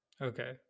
okay